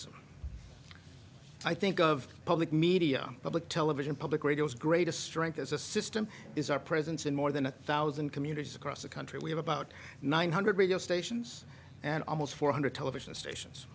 m i think of public media public television public radio's greatest strength as a system is our presence in more than a thousand communities across the country we have about nine hundred radio stations and almost four hundred television stations